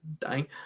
dying